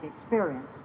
experience